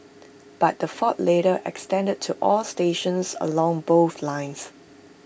but the fault later extended to all stations along both lines